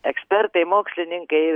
ekspertai mokslininkai